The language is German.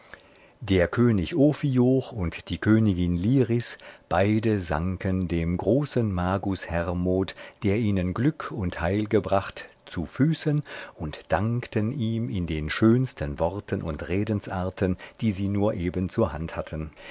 der könig ophioch und die königin liris beide sanken dem großen magus hermod der ihnen glück und heil gebracht zu füßen und dankten ihm in den schönsten worten und redensarten die sie nur eben zur hand hatten